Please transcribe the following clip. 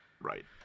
Right